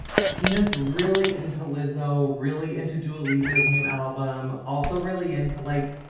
peanut's really into lizzo, really into dua lipa's new album, also really into, like,